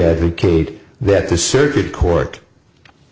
advocate that the circuit court